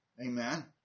Amen